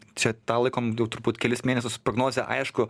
čia tą laikom jau turbūt kelis mėnesius prognoze aišku